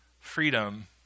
freedom